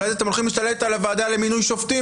אחרי זה אתם הולכים להשתלט על הוועדה למינוי שופטים